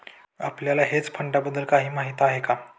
आपल्याला हेज फंडांबद्दल काही माहित आहे का?